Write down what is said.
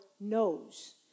knows